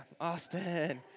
Austin